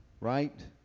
right